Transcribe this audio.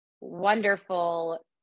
wonderful